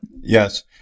Yes